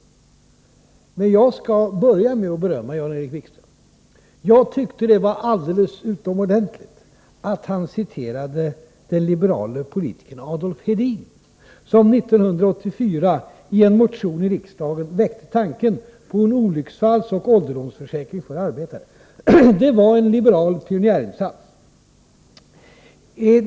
Jag skall börja med att berömma Jan-Erik Wikström. Jag tyckte det var alldeles utomordentligt att han citerade den liberale politikern Adolf Hedin, som 1984 i en motion i riksdagen väckte tanken på en olycksfallsoch ålderdomsförsäkring för arbetare. Det var en liberal pionjärinsats.